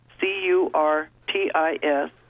C-U-R-T-I-S